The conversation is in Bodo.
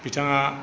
बिथाङा